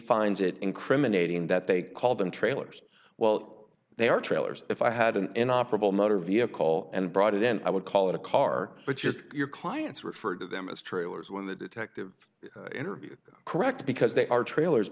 finds it incriminating that they call them trailers while they are trailers if i had an inoperable motor vehicle and brought it in i would call it a car but just your clients refer to them as true as when the detective interviewed correct because they are trailers